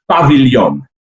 pavilion